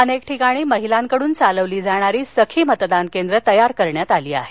अनेक ठिकाणी महिलांकडून चालवली जाणारी सखी मतदान केंद्र तयार करण्यात आली आहेत